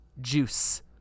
Juice